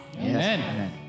Amen